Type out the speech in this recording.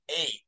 eight